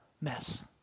mess